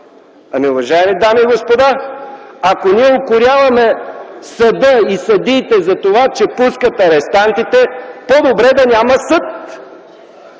Ами, уважаеми дами и господа, ако укоряваме съда и съдиите за това, че пускат арестантите, по-добре да няма съд.